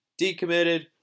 decommitted